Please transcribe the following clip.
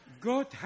God